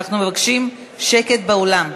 אנחנו מבקשים שקט באולם.